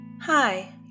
hi